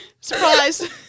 Surprise